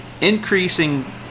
increasing